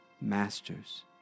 master's